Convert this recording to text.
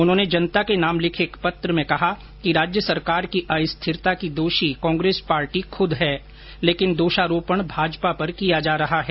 उन्होंने जनता के नाम लिखे एक पत्र में कहा कि राज्य सरकार की अस्थिरता की दोषी कांग्रेस पार्टी खुद है लेकिन दोषारोपण भाजपा पर किया जा रहा है